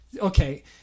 okay